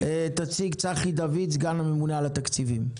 צחי דוד, סגן הממונה על התקציבים.